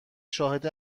شاهد